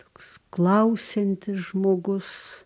toks klausiantis žmogus